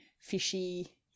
fishy